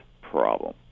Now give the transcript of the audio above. problem